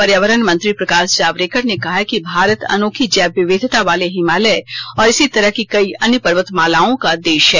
पर्यावरण मंत्री प्रकाश जावड़ेकर ने कहा है कि भारत अनोखी जैव विविधता वाले हिमालय और इसी तरह की कई अन्य पर्वत मालाओं का देश है